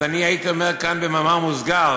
אז, אני הייתי אומר כאן במאמר מוסגר,